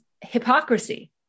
hypocrisy